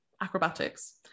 acrobatics